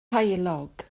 heulog